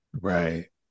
Right